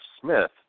Smith